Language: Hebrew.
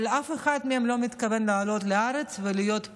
אבל אף אחד מהם לא מתכוון לעלות לארץ ולחיות פה,